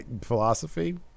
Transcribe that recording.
philosophy